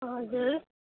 हजुर